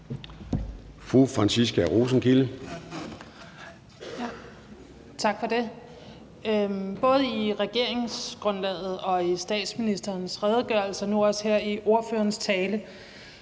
Franciska Rosenkilde (ALT): Tak for det. Både i regeringsgrundlaget og i statsministerens redegørelse og nu også her i ordførerens tale